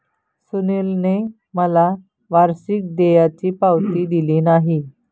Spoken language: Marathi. सुनीलने मला वार्षिक देयाची पावती दिली नाही